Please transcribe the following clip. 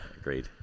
Agreed